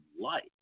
light